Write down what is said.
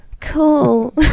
cool